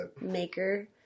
maker